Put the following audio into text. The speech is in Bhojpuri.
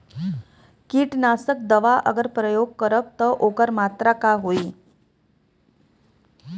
कीटनाशक दवा अगर प्रयोग करब त ओकर मात्रा का होई?